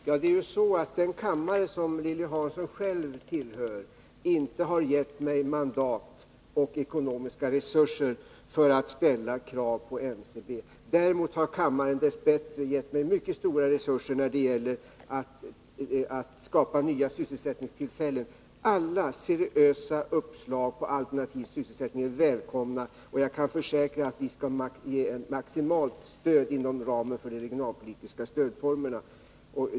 Fru talman! Den kammare som Lilly Hansson själv tillhör har inte gett mig mandat eller ekonomiska resurser för att ställa krav på NCB. Däremot har kammaren dess bättre gett mig mycket stora resurser när det gäller att skapa nya sysselsättningstillfällen. Alla seriösa uppslag i fråga om alternativ sysselsättning är välkomna. Jag kan försäkra att vi skall ge maximalt stöd till dem inom ramen för de regionalpolitiska stödformerna.